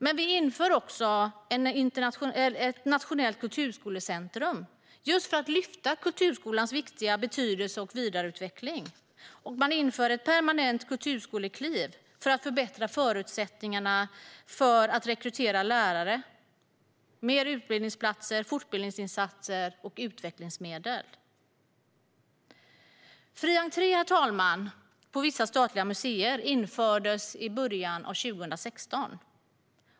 Men vi inför också ett nationellt kulturskolecentrum just för att lyfta kulturskolans betydelse och vidareutveckling. Man inför ett permanent kulturskolekliv för att förbättra förutsättningarna för att rekrytera lärare med fler utbildningsplatser, fortbildningsinsatser och utvecklingsmedel. Fri entré på vissa statliga museer infördes i början av 2016.